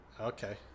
Okay